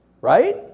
Right